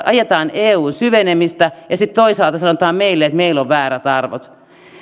ajetaan eun syvenemistä ja sitten toisaalta sanotaan meille että meillä on väärät arvot